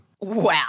wow